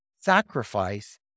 sacrifice